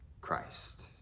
Christ